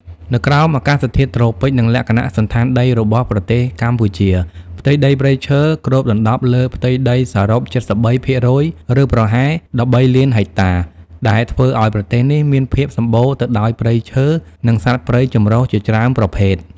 នៅក្រោមអាកាសធាតុត្រូពិច និងលក្ខណៈសណ្ឋានដីរបស់ប្រទេសកម្ពុជា ផ្ទៃដីព្រៃឈើគ្របដណ្តប់លើផ្ទៃដីសរុប ៧៣% ឬប្រហែល ១៣,០០០,០០០ ហិចតា ដែលធ្វើឱ្យ ប្រទេសនេះមានភាពសម្បូរទៅដោយព្រៃឈើ និងសត្វព្រៃចម្រុះជាច្រើនប្រភេទ។